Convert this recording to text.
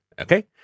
Okay